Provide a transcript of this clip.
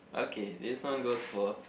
okay this one goes for